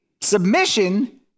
submission